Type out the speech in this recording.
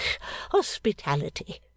hospitality